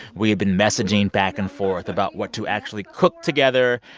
we had been messaging back and forth about what to actually cook together.